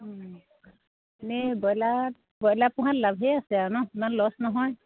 এনেই broiler broiler পোহাত লাভেই আছে আৰু ন ইমান লছ নহয়